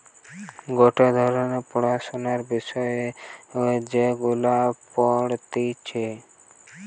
গটে ধরণের পড়াশোনার বিষয় যেগুলা পড়তিছে